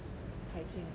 kai jun 讲她